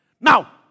Now